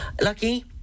Lucky